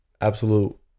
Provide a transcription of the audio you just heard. Absolute